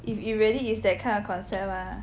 if it really is that kind of concept ah